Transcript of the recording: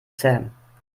zähmen